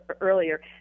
earlier